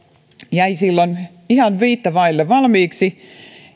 jäi silloin ihan viittä vaille valmiiksi